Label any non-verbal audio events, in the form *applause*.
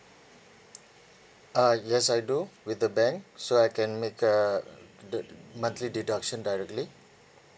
uh yes I do with the bank so I can make uh *noise* the monthly deduction directly